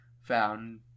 found